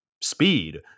Speed